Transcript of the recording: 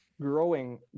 growing